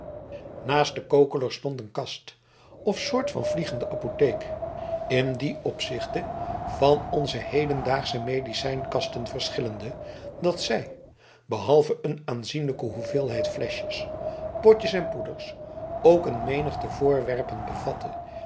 naast den kokeler stond een kast of soort van vliegende apotheek in dien opzichte van onze hedendaagsche medicijnkasten verschillende dat zij behalve een aanzienlijke hoeveelheid fleschjes potjes en poeders ook een menigte voorwerpen bevatte